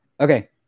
Okay